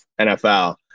NFL